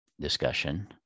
discussion